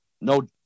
No